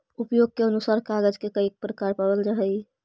उपयोग के अनुसार कागज के कई प्रकार पावल जा हई